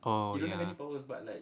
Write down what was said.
orh ya